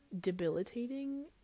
Debilitating